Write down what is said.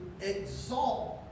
exalt